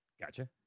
Gotcha